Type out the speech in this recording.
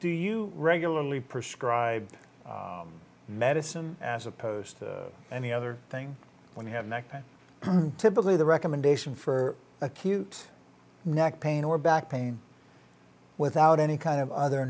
do you regularly prescribe medicine as opposed to any other thing when you have neck pain typically the recommendation for acute neck pain or back pain without any kind of other